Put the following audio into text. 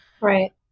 Right